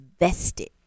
invested